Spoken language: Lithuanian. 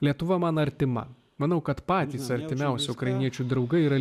lietuva man artima manau kad patys artimiausi ukrainiečių draugai yra